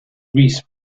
rhys